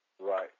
Right